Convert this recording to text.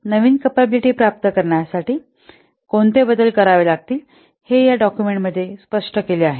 नवीन capability प्राप्त करण्यासाठी कोणते बदल करावे लागतील हे या डाक्युमेंट मध्ये स्पष्ट केले आहे